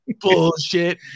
bullshit